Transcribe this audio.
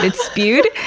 ah spewed,